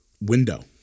window